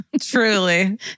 Truly